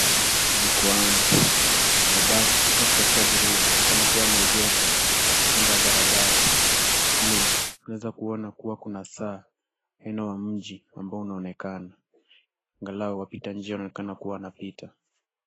Jukuwa, mabasi ya kusafirisha abiria yanaonekana kuwa yameegeshwa kando ya barabara. Mle, unaweza kuona kuwa kuna saa aina wa mji ambao unaonekana. Angalau wapita njia wanaonekana kuwa wanapita.